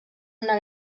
una